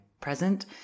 present